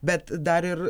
bet dar ir